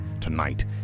Tonight